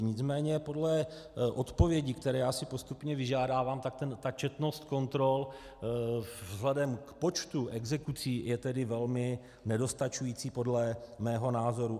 Nicméně podle odpovědí, které si postupně vyžaduji, ta četnost kontrol vzhledem k počtu exekucí je tedy velmi nedostačující, podle mého názoru.